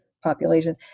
population